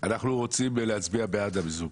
אנחנו רוצים להצביע בעד המיזוג.